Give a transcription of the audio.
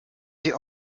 sie